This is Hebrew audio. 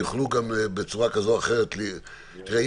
יוכלו גם בצורה כזו או אחרת תראה,